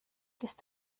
ist